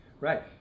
Right